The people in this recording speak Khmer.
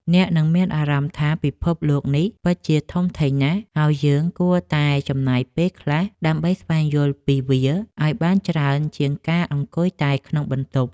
អ្នកនឹងមានអារម្មណ៍ថាពិភពលោកនេះពិតជាធំធេងណាស់ ហើយយើងគួរតែចំណាយពេលខ្លះដើម្បីស្វែងយល់ពីវាឱ្យបានច្រើនជាងការអង្គុយតែក្នុងបន្ទប់។